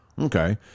okay